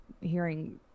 hearing